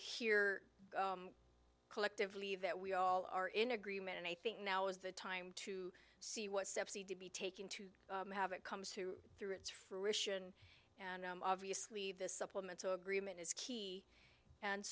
hear collectively that we all are in agreement and i think now is the time to see what steps need to be taken to have it comes to through its fruition and obviously this supplemental agreement is key and